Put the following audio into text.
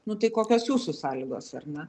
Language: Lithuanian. nu tai kokios jūsų sąlygos ar ne